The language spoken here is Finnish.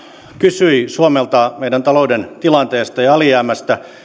kysyi suomelta meidän taloutemme tilanteesta ja alijäämästä